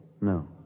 No